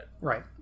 Right